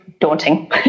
daunting